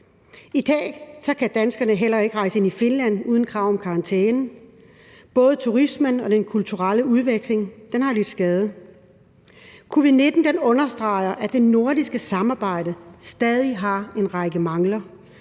I dag kan danskerne heller ikke rejse ind i Finland uden krav om karantæne. Både turismen og den kulturelle udveksling har lidt skade. Covid-19 understreger, at det nordiske samarbejde stadig har en række mangler,